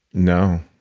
no